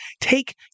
take